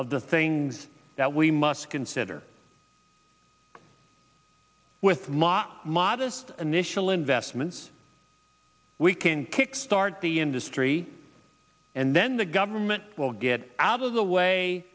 of the things that we must consider with my modest initial investments we can kick start the industry and then the government will get out of the way